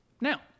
Now